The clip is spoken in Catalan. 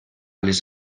les